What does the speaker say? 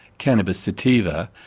cannabis sativa,